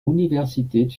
universität